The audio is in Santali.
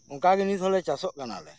ᱚᱱᱠᱟᱜᱮ ᱱᱤᱛ ᱦᱚᱸᱞᱮ ᱪᱟᱥᱚᱜ ᱠᱟᱱᱟᱞᱮ